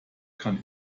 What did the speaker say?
kann